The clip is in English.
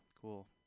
cool